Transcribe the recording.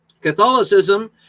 catholicism